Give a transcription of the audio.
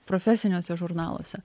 profesiniuose žurnaluose